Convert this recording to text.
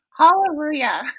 hallelujah